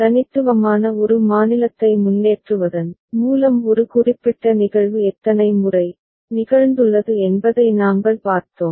தனித்துவமான ஒரு மாநிலத்தை முன்னேற்றுவதன் மூலம் ஒரு குறிப்பிட்ட நிகழ்வு எத்தனை முறை நிகழ்ந்துள்ளது என்பதை நாங்கள் பார்த்தோம்